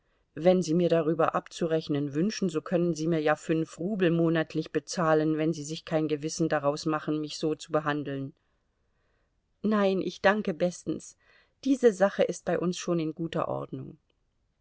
wenn sie mit mir darüber abzurechnen wünschen so können sie mir ja fünf rubel monatlich bezahlen wenn sie sich kein gewissen daraus machen mich so zu behandeln nein ich danke bestens diese sache ist bei uns schon in guter ordnung